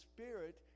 Spirit